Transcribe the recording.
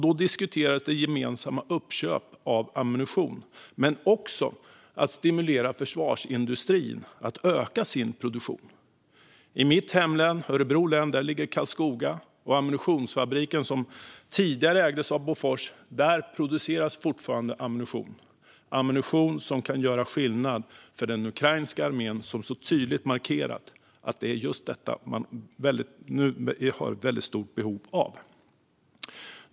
Då diskuterades gemensamma uppköp av ammunition men också att stimulera försvarsindustrin att öka sin produktion. I mitt hemlän, Örebro län, ligger Karlskoga och ammunitionsfabriken som tidigare ägdes av Bofors. Där produceras fortfarande ammunition som kan göra skillnad för den ukrainska armén, som så tydligt markerat att det är just detta man nu har väldigt stort behov av.